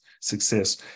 success